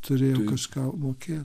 turėjo kažką mokėt